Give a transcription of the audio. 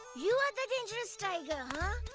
you are the dangerous tiger, huh?